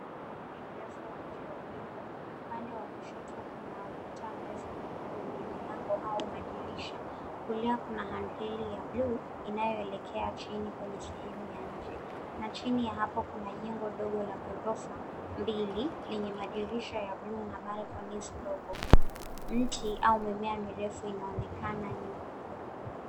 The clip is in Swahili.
Ukumbi mrefu wa nje wa jengo. Upande wa kushoto kuna ukuta mrefu weupe, wenye milango au madirisha. Kulia kuna handheli ya blue , inayoelekea chini kwenye sehemu ya nje. Na chini ya hapo kuna jengo dogo la ghorofa mbili yenye madirisha ya blue na balconies ndogo. Miti au mimea mirefu inaonekana nyuma.